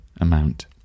amount